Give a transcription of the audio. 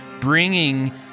bringing